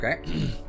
Okay